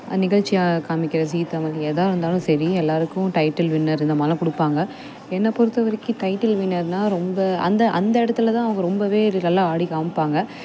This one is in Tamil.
நிகழ்ச்சியை காமிக்கிற ஜீ தமிழ் எதாக இருந்தாலும் சரி எல்லோருக்கும் டைட்டில் வின்னர் இந்த மாதிரிலாம் கொடுப்பாங்க என்னை பொறுத்த வரைக்கும் டைட்டில் வின்னர்னா ரொம்ப அந்த அந்த இடத்துல தான் அவங்க ரொம்ப இது நல்லா ஆடி காம்மிப்பாங்க